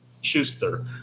Schuster